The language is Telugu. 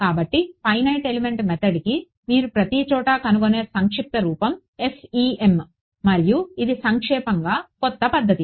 కాబట్టి ఫైనైట్ ఎలిమెంట్ మెథడ్కి మీరు ప్రతిచోటా కనుగొనే సంక్షిప్త రూపం FEM మరియు ఇది సాపేక్షంగా కొత్త పద్ధతి